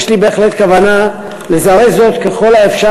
יש לי בהחלט כוונה לזרז זאת ככל האפשר